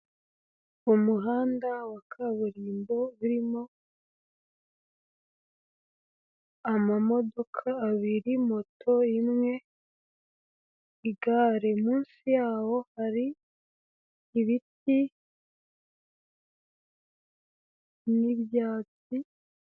Umuhanda wa kaburimbo, urimo ama modoka abiri, moto imwe, igare, munsi yaho hari ibiti, n'ibyatsi